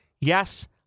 yes